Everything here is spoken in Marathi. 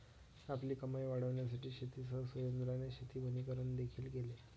आपली कमाई वाढविण्यासाठी शेतीसह सुरेंद्राने शेती वनीकरण देखील केले